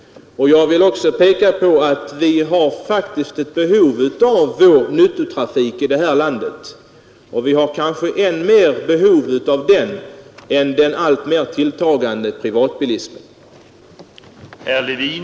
Jag vill också peka på att vi har faktiskt ett behov av nyttotrafik i det här landet. Och vi har kanske större behov av den än av den alltmer tilltagande privatbilismen.